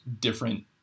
different